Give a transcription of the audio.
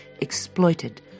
exploited